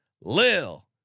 Lil